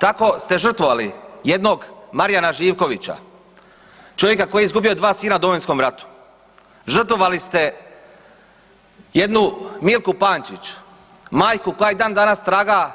Tako ste žrtvovali jednog Marijana Živkovića, čovjeka koji je izgubio dva sina u Domovinskom ratu, žrtvovali ste jednu Milku Pančić majku koja i dan danas traga